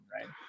right